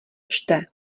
čte